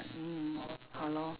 mm !hannor!